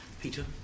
Peter